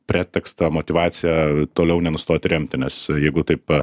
pretekstą motyvaciją toliau nenustot remti nes jeigu taip